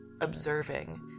observing